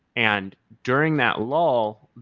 and during that lull,